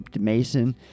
Mason